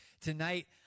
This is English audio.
tonight